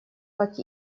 как